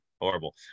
horrible